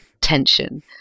tension